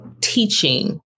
teaching